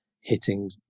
hitting